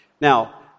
Now